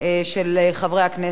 7998 ו-8003 של חברי הכנסת חמד עמאר,